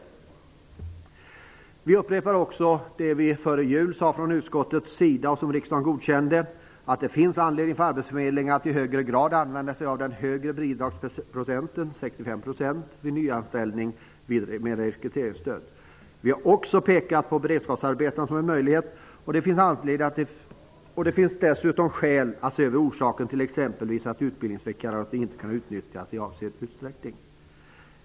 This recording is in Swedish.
Vi i utskottet upprepar också det vi sade före jul och som riksdagen godkände, nämligen att det finns anledning för arbetsförmedlingen att i högre grad använda sig av den högre bidragsprocenten, 65 %, vid nyanställning med rekryteringsstöd. Vi har också pekat på beredskapsarbeten som en möjlighet. Det finns dessutom skäl att se över orsakerna till att utbildningsvikariaten inte utnyttjas i avsedd utsträckning.